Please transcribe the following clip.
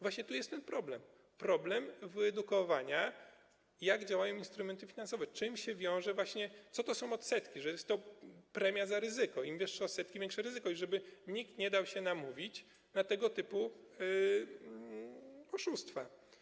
Właśnie tu jest ten problem - problem wyedukowania co do tego, jak działają instrumenty finansowe, z czym to się wiąże, co to są odsetki, że jest to premia za ryzyko, im wyższe odsetki, tym większe ryzyko, żeby nikt nie dał się namówić na tego typu oszustwa.